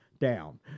down